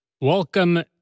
Welcome